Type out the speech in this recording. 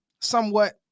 somewhat